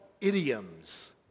idioms